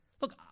Look